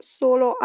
solo